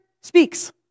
speaks